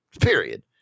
Period